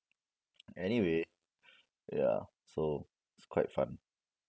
anyway ya so it's quite fun